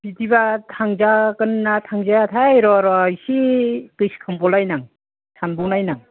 बिदिबा थांजागोनना थांजायाथाय र' र' एसे गोसोखांबावलायनां सानबावनायनां